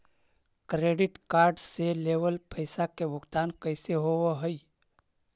Credit card से लेवल पैसा के भुगतान कैसे होव हइ?